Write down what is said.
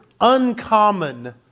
uncommon